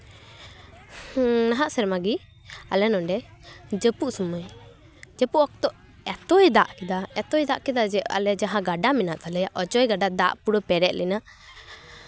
ᱱᱟᱦᱟᱜ ᱥᱮᱨᱢᱟ ᱜᱮ ᱟᱞᱮ ᱱᱚᱰᱮ ᱡᱟᱹᱯᱩᱫ ᱥᱚᱢᱚᱭ ᱡᱟᱹᱯᱩᱫ ᱚᱠᱛᱚ ᱮᱛᱚ ᱮᱛᱚᱭ ᱫᱟᱜ ᱠᱮᱫᱟ ᱡᱮ ᱟᱞᱮ ᱡᱟᱦᱟᱸ ᱜᱟᱰᱟ ᱢᱮᱱᱟᱜ ᱛᱟᱞᱮᱭᱟ ᱚᱡᱚᱭ ᱜᱟᱰᱟ ᱫᱟᱜ ᱯᱩᱨᱟᱹ ᱯᱮᱨᱮᱡ ᱞᱮᱱᱟ